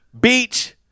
Beach